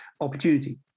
opportunity